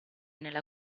nella